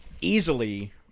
easily